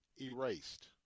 erased